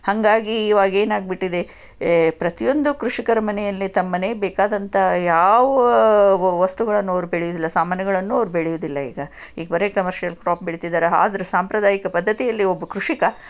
ಹಾಗಾಗಿ ಇವಾಗೇನಾಗ್ಬಿಟ್ಟಿದೆ ಪ್ರತಿಯೊಂದು ಕೃಷಿಕರ ಮನೆಯಲ್ಲಿ ತಮ್ಮ ಮನೆಗೆ ಬೇಕಾದಂಥ ಯಾವ ವಸ್ತುಗಳನ್ನೂ ಅವರು ಬೆಳಿಯೋದಿಲ್ಲ ಸಾಮಾನುಗಳನ್ನೂ ಅವರು ಬೆಳೆಯೋದಿಲ್ಲ ಈಗ ಈಗ ಬರೇ ಕಮರ್ಷಿಯಲ್ ಕ್ರಾಪ್ ಬೆಳಿತಿದಾರೆ ಆದರೆ ಸಾಂಪ್ರದಾಯಿಕ ಪದ್ಧತಿಯಲ್ಲಿ ಒಬ್ಬ ಕೃಷಿಕ